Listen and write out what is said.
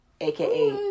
AKA